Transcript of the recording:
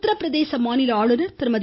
உத்திரபிரதேச மாநில ஆளுநர் திருமதி